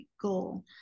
goal